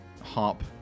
harp